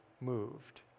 moved